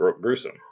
gruesome